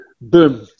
Boom